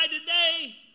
today